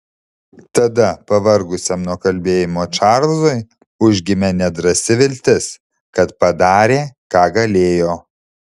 tada pavargusiam nuo kalbėjimo čarlzui užgimė nedrąsi viltis kad padarė ką galėjo